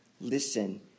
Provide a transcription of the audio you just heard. Listen